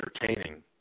entertaining